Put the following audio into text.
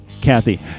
Kathy